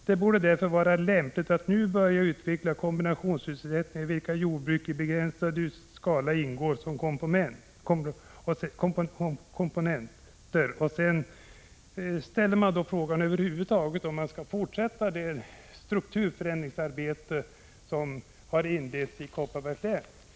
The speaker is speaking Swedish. Det borde därför vara lämpligt att nu börja utveckla kombinationssysselsättningar i vilka jordbruk i begränsad skala ingår som en komponent.” Sedan ställer man frågan om det strukturförändringsarbete som har inletts i Kopparbergs län över huvud taget skall fortsätta.